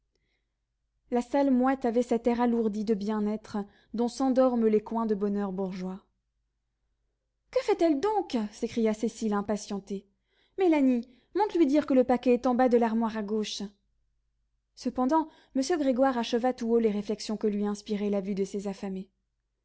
la salle moite avait cet air alourdi de bien-être dont s'endorment les coins de bonheur bourgeois que fait-elle donc s'écria cécile impatientée mélanie monte lui dire que le paquet est en bas de l'armoire à gauche cependant m grégoire acheva tout haut les réflexions que lui inspirait la vue de ces affamés